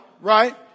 right